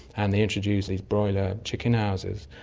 and they introduced these broiler chicken houses.